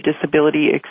disability